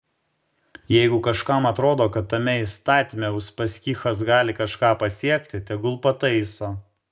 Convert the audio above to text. jeigu kažkam atrodo kad tame įstatyme uspaskichas gali kažką pasiekti tegul pataiso